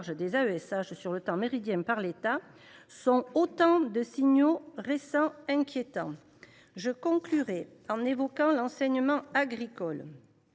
des AESH sur le temps méridien par l’État sont autant de signaux récents inquiétants. Je terminerai en évoquant l’enseignement agricole.